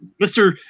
Mr